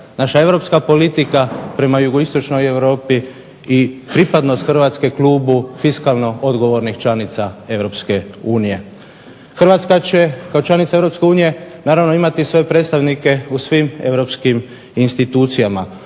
naša europska politika prema jugoistočnoj Europi i pripadnost Hrvatske klubu fiskalno odgovornih članica EU. Hrvatska će kao članica EU naravno imati svoje predstavnike u svim europskim institucijama,